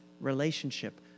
relationship